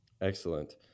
excellent